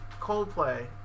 Coldplay